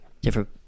different